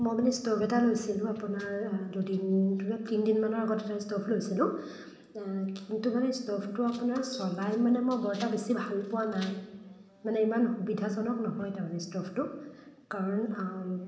মই মানে ষ্ট'ভ এটা লৈছিলোঁ আপোনাৰ দুদিন ধৰি লওক তিনি দিনমানৰ আগত এটা ষ্ট'ভ লৈছিলোঁ কিন্তু মানে ষ্ট'ভটো আপোনাৰ চলাই মানে মই বৰ এটা বেছি ভাল পোৱা নাই মানে ইমান সুবিধাজনক নহয় তাৰমানে ষ্ট'ভটো কাৰণ